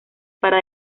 para